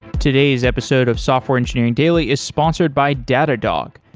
today's episode of software engineering daily is sponsored by datadog,